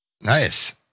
Nice